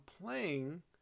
playing